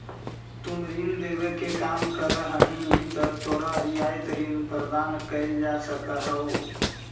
तुम ऋण देवे के काम करऽ हहीं त तोरो रियायत ऋण प्रदान कैल जा सकऽ हओ